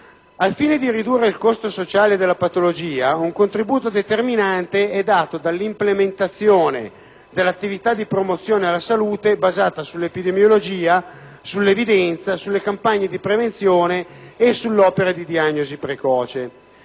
Al fine di ridurre il costo sociale della patologia, un contributo determinante è dato dall'implementazione dell'attività di promozione alla salute basata sull'epidemiologia, sull'evidenza, sulle campagne di prevenzione e sull'opera di diagnosi precoce.